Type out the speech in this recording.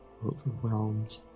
Overwhelmed